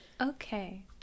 Okay